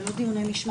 זה לא דיוני משמעת.